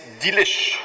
delish